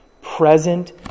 present